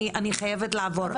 אני חייבת לעבור הלאה.